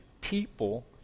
people